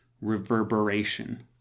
reverberation